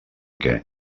què